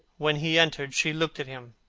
when he entered, she looked at him,